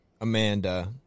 Amanda